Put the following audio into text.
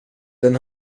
den